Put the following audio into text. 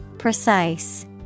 Precise